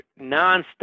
nonstop